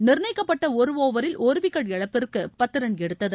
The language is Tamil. நிர்ணயிக்கப்பட்ட ஒரு ஒவரில் ஒரு விக்கெட் இழப்பிற்கு பத்து ரன் எடுத்தது